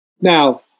Now